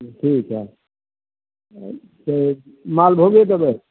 ठीक है से मालभोगे देबै